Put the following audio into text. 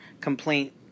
complaint